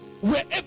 wherever